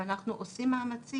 ואנחנו עושים מאמצים לעוד.